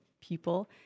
people